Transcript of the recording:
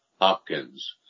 Hopkins